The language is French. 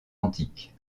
antiques